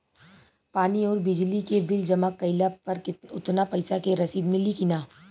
पानी आउरबिजली के बिल जमा कईला पर उतना पईसा के रसिद मिली की न?